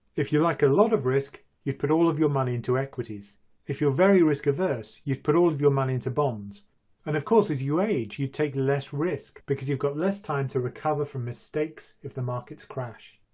if you like a lot of risk you'd put all of your money into equities if you're very risk-averse you'd put all of your money into bonds and of course as you age you take less risk because you've got less time to recover from mistakes if the markets crash.